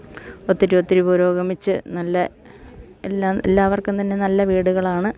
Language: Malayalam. ഒത്തിരി ഒത്തിരി പുരോഗമിച്ച് നല്ല എല്ലാ എല്ലാവർക്കും തന്നെ നല്ല വീടുകളാണ്